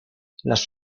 las